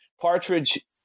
Partridge